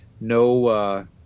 No